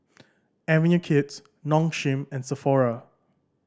Avenue Kids Nong Shim and Sephora